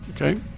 okay